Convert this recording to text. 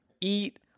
Eat